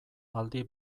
aldi